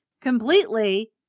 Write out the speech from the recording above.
completely